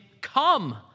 come